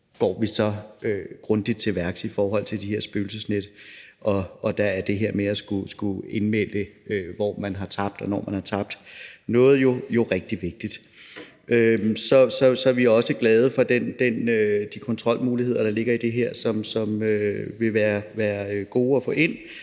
vi går grundigt til værks i forhold til de her spøgelsesnet, og der er det her med at skulle indmelde, hvor man har tabt og når man har tabt noget, jo rigtig vigtigt. Så er vi også glade for de kontrolmuligheder, der ligger i det her, og som ville være gode at få ind,